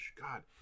God